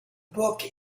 book